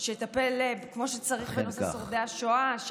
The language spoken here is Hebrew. שיטפל כמו שצריך בנושא שורדי השואה.